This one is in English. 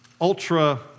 ultra